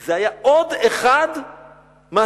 שזה היה עוד אחד מהסממנים,